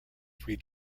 three